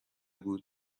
بود